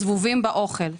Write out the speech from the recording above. זבובים באוכל,